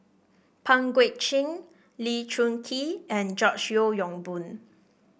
Pang Guek Cheng Lee Choon Kee and George Yeo Yong Boon